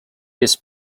his